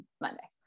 Monday